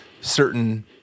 certain